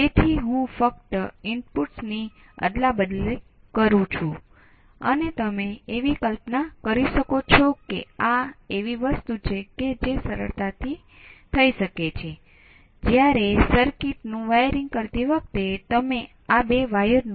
તેથી હું પહેલા OPA1 અને પછી OPA2 સંજ્ઞાઓને નક્કી કરું છું અને ત્યાં ઓર્ડરિંગ વિશે શું કરવું